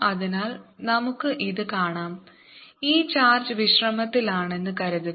അതിനാൽ നമുക്ക് ഇത് കാണാം ഈ ചാർജ് വിശ്രമത്തിലാണെന്ന് കരുതുക